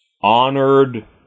honored